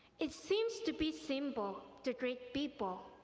it seems to be simple to greet people,